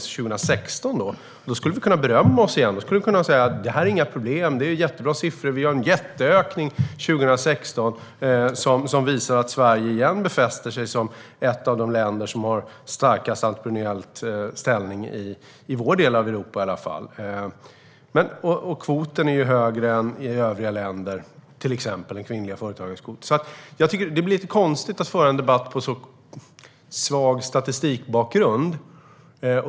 Tog vi exempelvis bara 2016 skulle vi kunna berömma oss igen och säga att det inte är några problem, utan siffrorna är jättebra och vi har en jätteökning, som visar att Sverige igen befäster sig som ett av de länder som har den starkaste entreprenöriella ställningen i åtminstone vår del av Europa. Exempelvis är den kvinnliga företagskvoten högre. Det blir dock lite konstigt att föra en debatt på så svag statistikbakgrund.